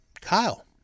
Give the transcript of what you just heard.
Kyle